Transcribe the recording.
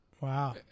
Wow